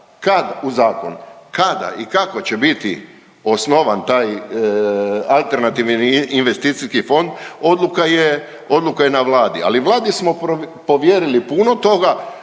u zakon. Kada i kako će biti osnovan taj alternativni investicijski fond odluka je na Vladi. Ali Vladi smo povjerili puno toga,